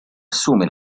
assume